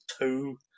two